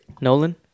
nolan